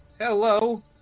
hello